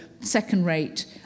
second-rate